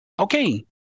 okay